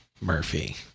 murphy